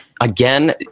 Again